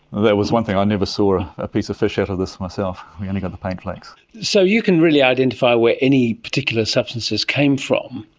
that was one thing, i never saw a piece of fish out of this myself, we only got the paint flakes. so you can really identify where any particular substance came from,